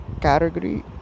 category